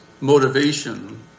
motivation